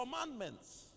commandments